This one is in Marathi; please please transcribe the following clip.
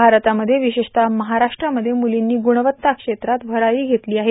भारतामध्ये विशेषतः महाराष्ट्रामध्ये मुलींनी गुणवत्ता क्षेत्रात भरारी मारली आहे